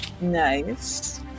Nice